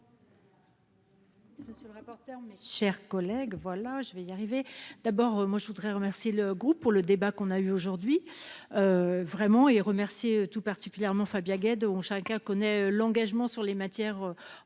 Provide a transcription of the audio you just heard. pour explication.-- Chers collègues, voilà je vais y arriver. D'abord moi, je voudrais remercier le goût pour le débat qu'on a eu aujourd'hui. Vraiment et remercier tout particulièrement Fabien gay dont chacun connaît l'engagement sur les matières.